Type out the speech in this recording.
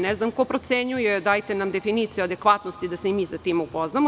Ne znam ko procenjuje, dajte nam definiciju adekvatnosti, da se i mi sa tim upoznamo.